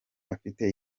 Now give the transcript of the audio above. afite